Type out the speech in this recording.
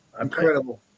incredible